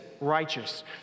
righteous